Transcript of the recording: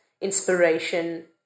inspiration